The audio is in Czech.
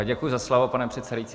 Děkuji za slovo, pane předsedající.